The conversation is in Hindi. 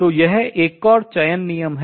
तो यह एक और चयन नियम है